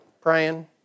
Praying